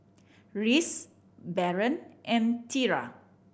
Reece Baron and Tierra